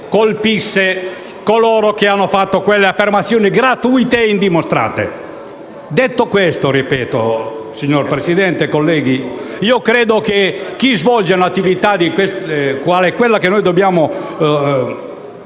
colpire coloro che hanno fatto quelle affermazioni gratuite e indimostrate. Detto questo, signor Presidente, colleghi, credo che nell'ambito di chi svolge un'attività quale quella che noi dobbiamo